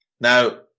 now